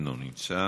לא נמצא.